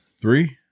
Three